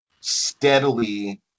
steadily